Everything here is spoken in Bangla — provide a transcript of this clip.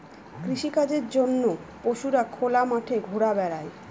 কৃষিকাজের জন্য পশুরা খোলা মাঠে ঘুরা বেড়ায়